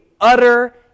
utter